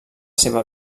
seva